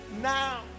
now